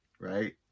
right